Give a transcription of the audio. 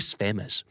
famous